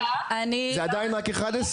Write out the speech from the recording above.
זה עדיין רק 11,